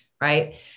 Right